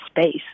space